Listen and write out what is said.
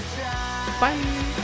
Bye